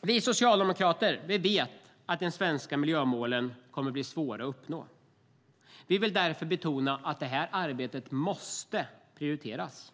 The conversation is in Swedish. Vi socialdemokrater vet att de svenska miljömålen kommer att bli svåra att uppnå. Vi vill därför betona att det här arbetet måste prioriteras.